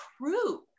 true